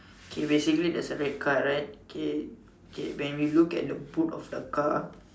okay basically there is a red car right k k when we look at the boot of the car